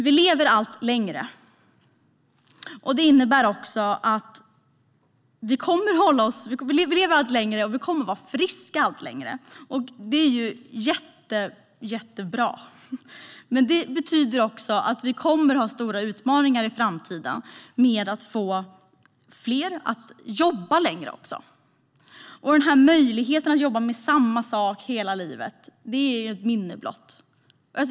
Vi lever allt längre och kommer att vara friska allt längre, och det är ju jättebra. Men det betyder också att vi kommer att ha stora utmaningar i framtiden med att få fler att jobba längre. Och möjligheten att jobba med samma sak hela livet är ett minne blott.